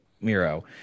Miro